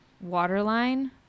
waterline